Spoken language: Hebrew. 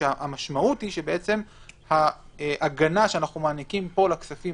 המשמעות שההגנה שאנו מעניקים לכספים